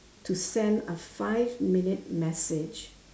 to send a five minute message